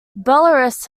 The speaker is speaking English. belarus